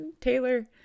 Taylor